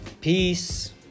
Peace